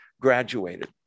graduated